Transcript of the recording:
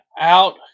out